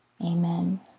Amen